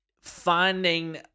finding